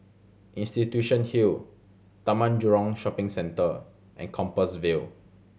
Institution Hill Taman Jurong Shopping Centre and Compassvale